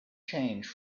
change